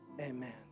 Amen